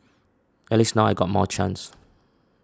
at least now I got more chance